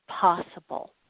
possible